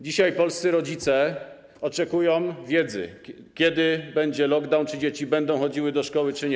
Dzisiaj polscy rodzice oczekują wiedzy, kiedy będzie lockdown i czy dzieci będą chodziły do szkoły, czy nie.